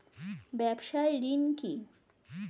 ব্যবসায় ঋণ কি?